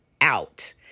out